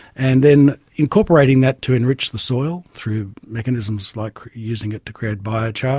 and then incorporating that to enrich the soil through mechanisms like using it to create biochar,